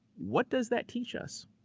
what does that teach us?